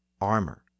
armor